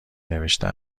نوشته